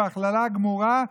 ובהכללה גמורה,